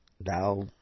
thou